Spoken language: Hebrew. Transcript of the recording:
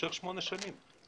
יימשך שמונה שנים.